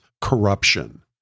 corruption